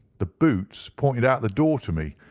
the boots pointed out the door to me,